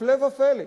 הפלא ופלא,